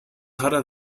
hotter